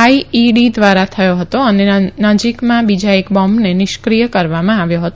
IED ધ્વારા થયો હતો અને નજીકમાં બીજા એક બોમ્બને નીષ્ઠીય કરવામાં આવ્યો હતો